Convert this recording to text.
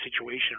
situation